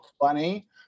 funny